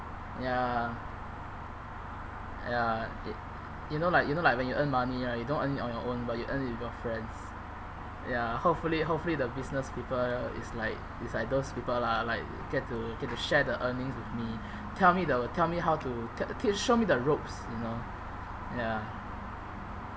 ya ya it you know like you know like when you earn money right you don't earn on your own but you earn with your friends ya hopefully hopefully the business people is like is like those people lah like get to get to share the earning with me tell me the tell me how to t~ te~ show my the ropes you know ya